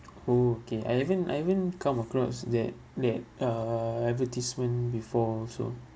oh okay I even I even come across that that err advertisement before also